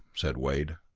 said wade.